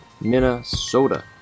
Minnesota